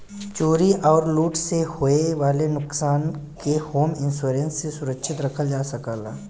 चोरी आउर लूट से होये वाले नुकसान के होम इंश्योरेंस से सुरक्षित रखल जा सकला